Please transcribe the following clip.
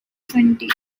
twenty